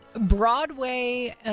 Broadway